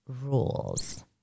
rules